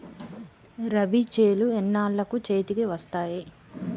రబీ చేలు ఎన్నాళ్ళకు చేతికి వస్తాయి?